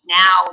now